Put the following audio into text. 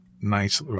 nice